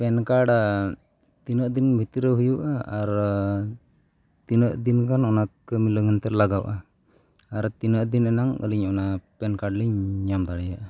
PAN card ᱛᱤᱱᱟᱹᱜ ᱫᱤᱱ ᱵᱷᱤᱛᱤᱨ ᱨᱮ ᱦᱩᱭᱩᱜᱼᱟ ᱟᱨ ᱛᱤᱱᱟᱹᱜ ᱫᱤᱱ ᱜᱟᱱ ᱚᱱᱟ ᱠᱟᱹᱢᱤ ᱞᱟᱹᱜᱤᱫ ᱛᱮ ᱞᱟᱜᱟᱜᱼᱟ ᱟᱨ ᱛᱤᱱᱟᱹᱜ ᱫᱤᱱ ᱟᱱᱟᱝ ᱟᱹᱞᱤᱧ ᱚᱱᱟ ᱯᱮᱱ ᱠᱟᱨᱰ ᱞᱤᱧ ᱧᱟᱢ ᱫᱟᱲᱮᱭᱟᱜᱼᱟ